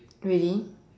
really